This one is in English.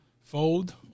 fold